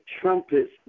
trumpets